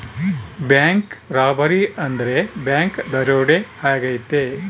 bank robbery ಅಂದ್ರೆ bank ದರೋಡೆ ಆಗೈತೆ